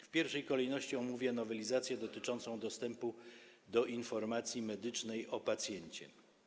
W pierwszej kolejności omówię nowelizację dotyczącą dostępu do informacji medycznej o pacjencie.